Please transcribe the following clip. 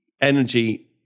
energy